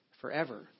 forever